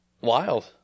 wild